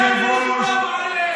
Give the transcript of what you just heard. היושב-ראש,